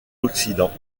occident